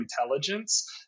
intelligence